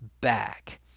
back